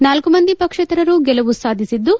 ನಾಲ್ಲು ಮಂದಿ ಪಕ್ಷೇತರರು ಗೆಲುವು ಸಾಧಿಸಿದ್ದು